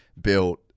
built